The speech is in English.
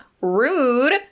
Rude